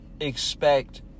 expect